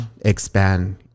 expand